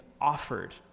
offered